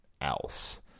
else